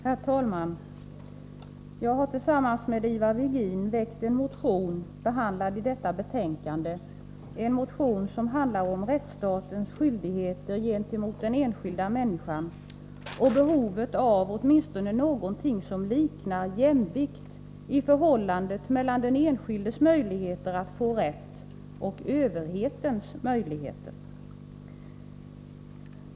Herr talman! Jag har tillsammans med Ivar Virgin väckt en motion, som behandlas i detta betänkande. Motionen handlar om rättsstatens skyldigheter gentemot den enskilda människan och behovet av något som åtminstone liknar jämlikhet i förhållandet mellan den enskildes möjligheter att få rätt och överhetens möjligheter.